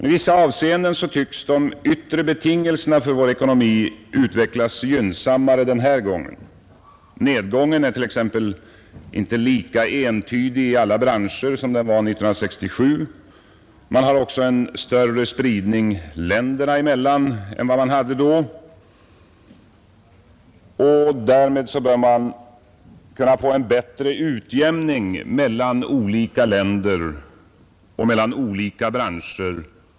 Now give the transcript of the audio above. I vissa avseenden tycks de yttre betingelserna för vår ekonomi utvecklas gynnsammare nu. Nedgången är t.ex. inte lika entydig i alla branscher som den var 1967. Det förekommer också en större spridning länderna emellan än då. Därmed bör man denna gång även kunna få en bättre utjämning mellan olika länder och mellan olika branscher.